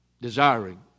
Desiring